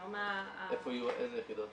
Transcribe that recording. איפה יהיו איזה יחידות?